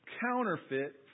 counterfeit